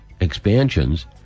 expansions